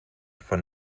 von